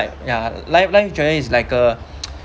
like ya ya life insurance is like a